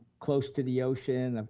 close to the ocean.